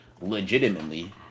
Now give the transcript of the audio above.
legitimately